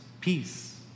peace